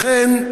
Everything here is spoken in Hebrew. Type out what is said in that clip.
לכן,